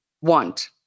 want